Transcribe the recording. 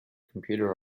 computer